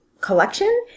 collection